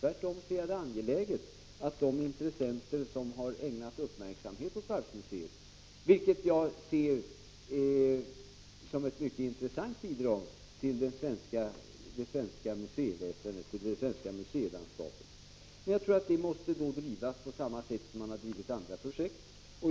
Tvärtom är det angeläget att de intressenter som ägnat uppmärksamhet åt ett varvsmuseum, vilket jag ser som ett mycket intressant bidrag till det svenska museiväsendet, får fortsätta. Jag tror att det måste bedrivas på samma sätt som man drivit andra projekt.